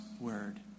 word